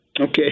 Okay